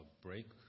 break